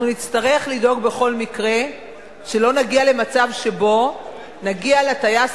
אנחנו נצטרך לדאוג בכל מקרה שלא נגיע למצב שבו נגיע ל"טייס